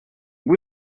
bout